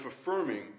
affirming